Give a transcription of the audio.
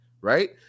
right